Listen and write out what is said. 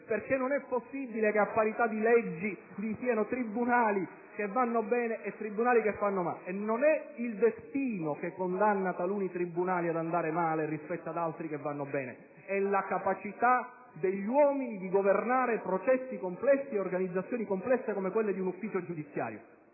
perché non è possibile che a parità di leggi vi siano tribunali che vanno bene ed altri che vanno male. *(Applausi dai Gruppi PdL e LNP).* E non è il destino che condanna taluni tribunali ad andare male rispetto ad altri che vanno bene: è la capacità degli uomini di governare processi complessi ed organizzazioni complesse come quelle di un ufficio giudiziario.